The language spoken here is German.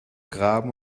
graben